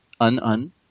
un-un